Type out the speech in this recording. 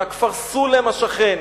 מהכפר סולם השכן,